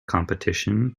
competition